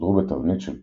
סודרו בתבנית של פרסה.